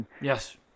Yes